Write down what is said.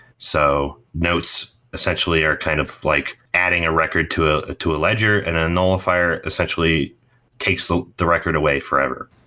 so notes essentially are kind of like adding a record to ah to a ledger and a nullifier essentially takes the the record away forever